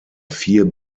vier